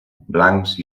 blancs